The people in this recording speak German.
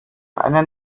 einen